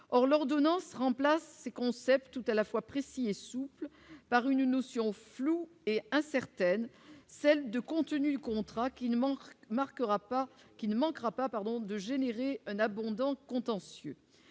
or l'ordonnance remplace concepts tout à la fois précis et souple par une notion floue et incertaine, celle de contenu du contrat qui ne marquera pas, qui ne manquera